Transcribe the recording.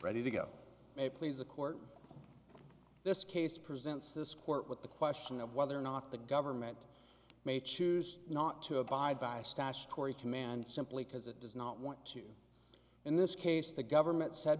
ready to go please the court this case presents this court with the question of whether or not the government may choose not to abide by stache tory command simply because it does not want to in this case the government said